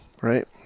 right